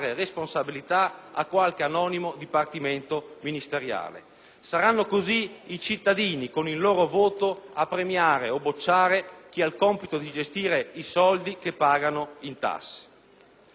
Saranno così i cittadini con il loro voto a premiare o bocciare chi ha il compito di gestire i soldi che pagano in tasse. Daremo un'immagine migliore di noi anche al di fuori del nostro Paese.